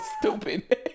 stupid